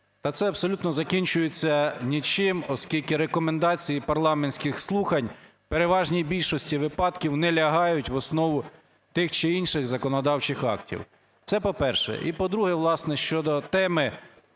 Та це абсолютно закінчується нічим, оскільки рекомендації парламентських слухань у переважній більшості випадків не лягають в основному тих чи інших законодавчих актів. Це, по-перше. І, по-друге, власне, щодо теми